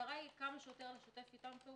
המטרה היא כמה שיותר לשתף אתם פעולה.